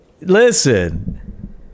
Listen